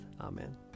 Amen